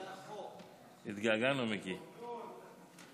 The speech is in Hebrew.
התגעגענו, מיקי.